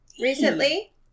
recently